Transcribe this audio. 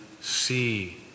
see